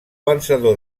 vencedor